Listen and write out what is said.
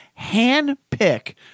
handpick